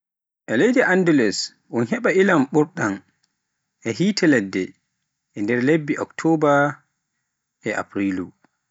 E leydi Anndulus un heba ilam ɓuuɓɗam e yiite ladde nder lebbi oktoba e afrilu.